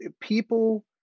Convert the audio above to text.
people